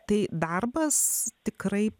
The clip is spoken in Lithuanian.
tai darbas tikrai